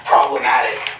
problematic